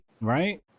right